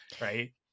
right